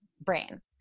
brain